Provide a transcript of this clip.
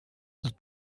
the